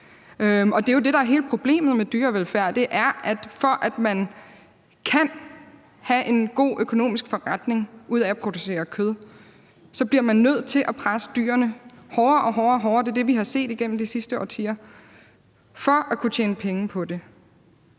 det er jo det, der er hele problemet med dyrevelfærd – altså at for at man kan have en god økonomisk forretning ud af at producere kød, bliver man nødt til at presse dyrene hårdere og hårdere for at kunne tjene penge på det.